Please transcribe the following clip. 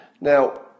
Now